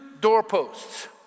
doorposts